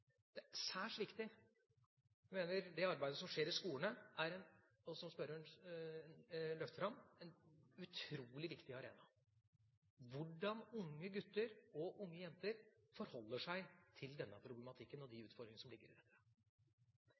Det er særs viktig. Det arbeidet som skjer i skolene, som spørreren løfter fram, er utrolig viktig. Skolen er en viktig arena for hvordan unge gutter og unge jenter forholder seg til denne problematikken og de utfordringene som ligger i dette.